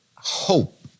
hope